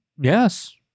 Yes